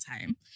time